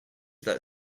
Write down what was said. that